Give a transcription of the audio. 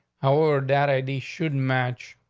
howard that i d shouldn't match.